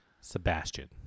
Sebastian